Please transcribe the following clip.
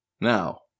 Now